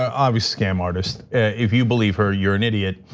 ah obvious scam artist, if you believe her, you're an idiot.